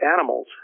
animals